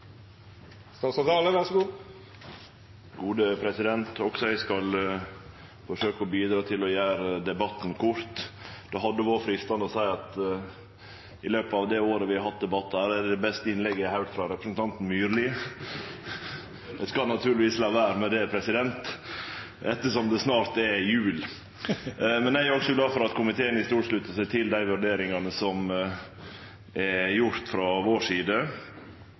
Også eg skal forsøke å bidra til å gjere debatten kort. Det hadde vore freistande å seie at det siste innlegget frå representanten Myrli var det beste innlegget eg har høyrt frå han i løpet av det året vi har hatt debattar her. Eg skal naturlegvis la vere å seie det, ettersom det snart er jul. Eg er også glad for at komiteen i stort sluttar seg til dei vurderingane som er gjorde frå vår side.